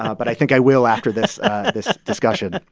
ah but i think i will after this this discussion